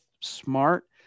smart